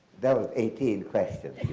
that was eighteen questions.